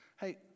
Hey